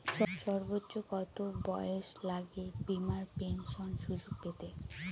সর্বোচ্চ কত বয়স লাগে বীমার পেনশন সুযোগ পেতে?